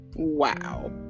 Wow